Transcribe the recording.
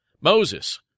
Moses